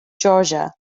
georgia